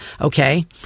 okay